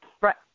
Right